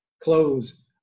clothes